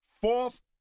Fourth